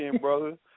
brother